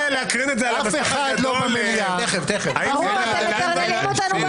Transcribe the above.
הינה, המליאה ריקה, כולנו רואים כאן.